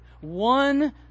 One